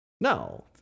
No